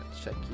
check